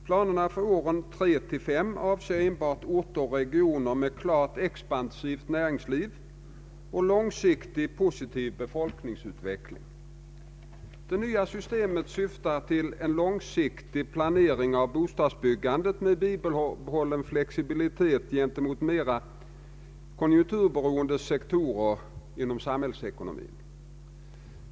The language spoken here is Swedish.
Planerna för åren 3—5 avser enbart orter och regioner med klart expansivt näringsliv och långsiktigt positiv befolkningsutveckling. Det nya systemet syftar till en långsiktig planering av bostadsbyggandet med bibehållen flexibilitet gentemot mera konjunkturberoende sektorer inom samhällsekonomin.